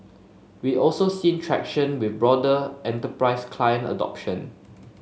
we also seen traction with broader enterprise client adoption